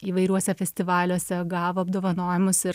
įvairiuose festivaliuose gavo apdovanojimus ir